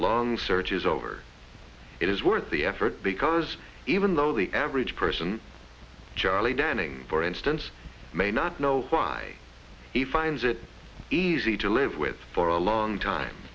long search is over it is worth the effort because even though the average person charlie denning for instance may not know why he finds it easy to live with for a long time